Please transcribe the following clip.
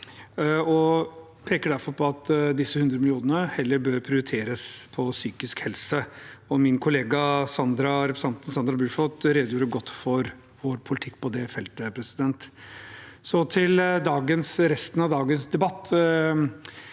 Vi peker derfor på at disse 100 mill. kr heller bør prioriteres brukt på psykisk helse. Min kollega representanten Sandra Bruflot redegjorde godt for vår politikk på det feltet. Så til resten av dagens debatt: